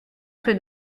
suoi